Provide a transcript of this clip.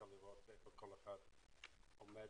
אפשר לראות שהמועצה היא בעצם הכלי שאמור